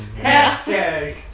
Hashtag